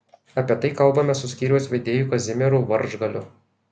apie tai kalbamės su skyriaus vedėju kazimieru varžgaliu